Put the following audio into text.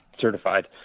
Certified